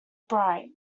bright